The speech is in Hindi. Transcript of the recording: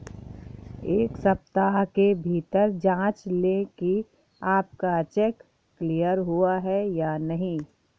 एक सप्ताह के भीतर जांच लें कि आपका चेक क्लियर हुआ है या नहीं